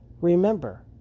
remember